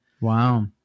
Wow